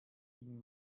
ging